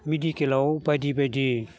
मेडिकेलाव बायदि बायदि